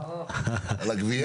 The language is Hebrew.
מה, על הגבייה?